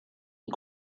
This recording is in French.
une